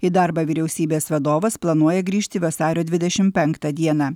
į darbą vyriausybės vadovas planuoja grįžti vasario dvidešim penktą dieną